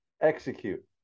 execute